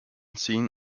seen